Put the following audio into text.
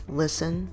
listen